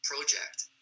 project